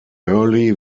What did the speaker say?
early